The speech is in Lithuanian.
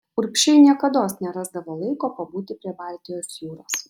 urbšiai niekados nerasdavo laiko pabūti prie baltijos jūros